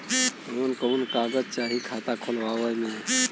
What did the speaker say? कवन कवन कागज चाही खाता खोलवावे मै?